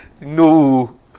No